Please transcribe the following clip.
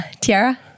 Tiara